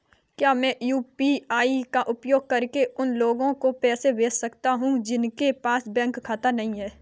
क्या मैं यू.पी.आई का उपयोग करके उन लोगों को पैसे भेज सकता हूँ जिनके पास बैंक खाता नहीं है?